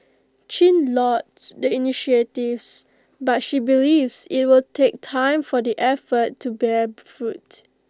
chin lauds the initiatives but she believes IT will take time for the efforts to bear fruit